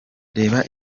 reba